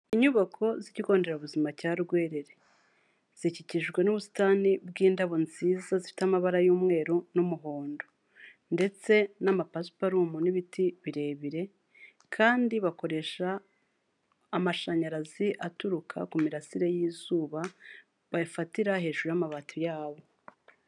Inyubako z'ikigo nderabuzima cya rwerere, zikikijwe n'ubusitani bw'indabo nziza zifite amabara y'umweru n'umuhondo ndetse n'amapasparuum n'ibiti birebire kandi bakoresha amashanyarazi aturuka ku mirasire y'izuba bayafatira hejuru y'amabati yabo.